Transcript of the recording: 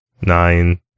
nine